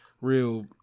real